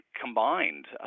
combined